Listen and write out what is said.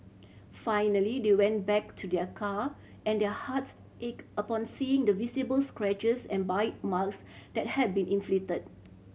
finally they went back to their car and their hearts ached upon seeing the visible scratches and bite marks that had been inflicted